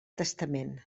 testament